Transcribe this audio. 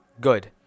good